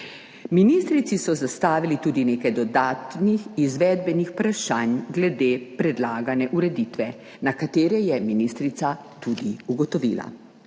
Ministrici so zastavili tudi nekaj dodatnih izvedbenih vprašanj glede predlagane ureditve, na katere je ministrica tudi odgovorila.